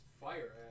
fire